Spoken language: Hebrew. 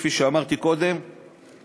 כפי שאמרתי קודם,